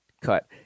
cut